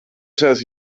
says